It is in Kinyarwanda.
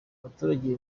abaturage